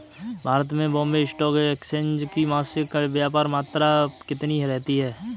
भारत में Bombay stock exchange की मासिक व्यापार मात्रा कितनी रहती है?